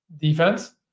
defense